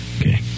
Okay